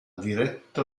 diretto